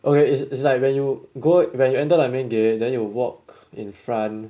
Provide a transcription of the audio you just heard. oh ya it's it's like when you go when you enter the main gate then you walk infront